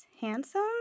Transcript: handsome